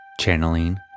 Channeling